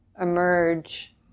emerge